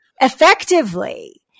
effectively